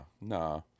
nah